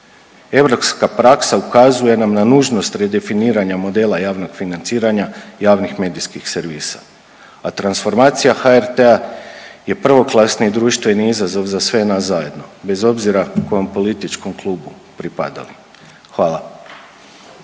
Europska praksa ukazuje nam na nužnost redefiniranja modela javnog financiranja javnih medijskih servisa, a transformacija HRT-a je prvoklasni društveni izazov za sve nas zajedno bez obzira kojem političkom klubu pripadali, hvala.